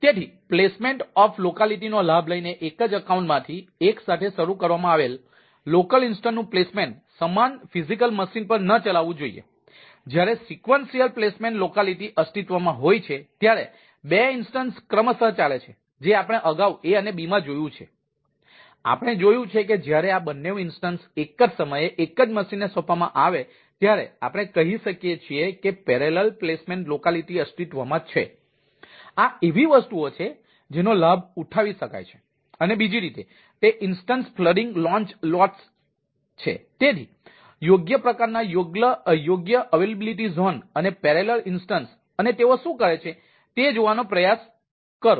તેથી placement of locality અને તેઓ શું કરે છે તે જોવાનો પ્રયાસ કરો